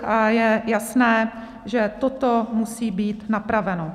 A je jasné, že toto musí být napraveno.